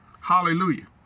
Hallelujah